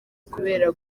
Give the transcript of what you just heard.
kubera